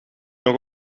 nog